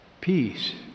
peace